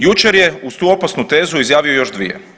Jučer je uz tu opasnu tezu izjavio još dvije.